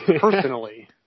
personally